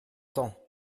temps